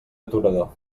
aturador